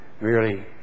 merely